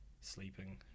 sleeping